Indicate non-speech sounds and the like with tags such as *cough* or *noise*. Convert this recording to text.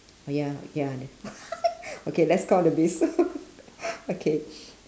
oh ya ya *laughs* okay let's count the bees *laughs* okay